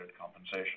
compensation